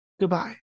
Goodbye